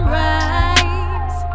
rise